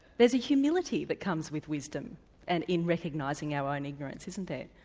there's a humility that comes with wisdom and in recognising our own ignorance, isn't there,